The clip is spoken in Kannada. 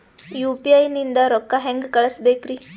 ಯು.ಪಿ.ಐ ನಿಂದ ರೊಕ್ಕ ಹೆಂಗ ಕಳಸಬೇಕ್ರಿ?